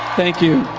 thank you,